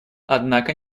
однако